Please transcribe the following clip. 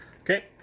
Okay